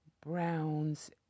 Brown's